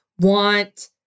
want